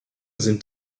sind